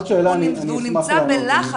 הוא נמצא בלחץ.